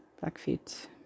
Blackfeet